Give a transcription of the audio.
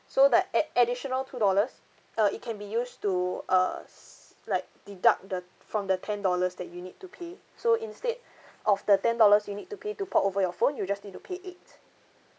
so the ad~ additional two dollars uh it can be used to err s~ like deduct the from the ten dollars that you need to pay so instead of the ten dollars you need to pay to port over your phone you just need to pay eight